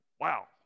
wow